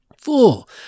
full